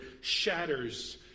shatters